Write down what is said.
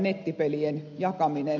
nettipelien jakaminen